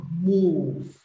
move